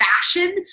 fashion